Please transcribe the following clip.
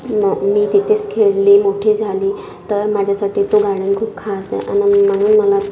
मी तिथेच खेळली मोठी झाली तर माझ्यासाठी तो गार्डन खूप खास आहे आणि म्हणून मला